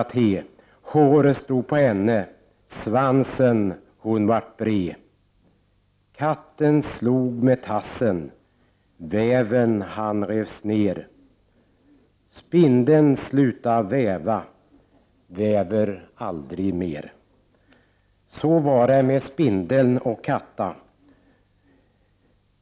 håre stog på änne, svansen hon vart bre, katten slog med tassen, väven han revs ner. Spindeln sluta väva, väver aldrig mer. Så var det med ”spindeln å katta”.